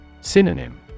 Synonym